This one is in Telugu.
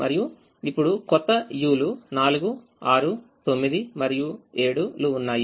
మరియు ఇప్పుడు కొత్త uలు4 6 9 మరియు 7 లు ఉన్నాయి